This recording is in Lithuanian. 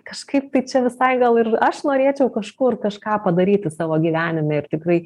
kažkaip tai čia visai gal ir aš norėčiau kažkur kažką padaryti savo gyvenime ir tikrai